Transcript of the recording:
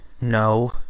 No